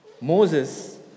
Moses